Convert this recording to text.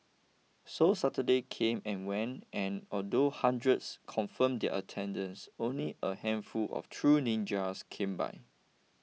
so Saturday came and went and although hundreds confirmed their attendance only a handful of true ninjas came by